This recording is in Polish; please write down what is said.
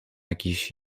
jakiś